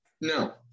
No